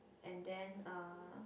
and then uh